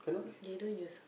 they don't use